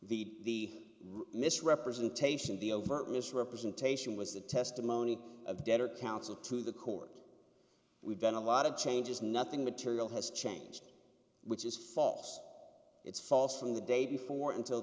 th the misrepresentation the overt misrepresentation was the testimony of debtor counsel to the court we've done a lot of changes nothing material has changed which is false it's false from the day before until